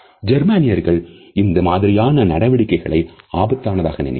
ஜெர்மானியர்கள் இந்த மாதிரியான நடவடிக்கைகளைப் ஆபத்தானதாக நினைப்பர்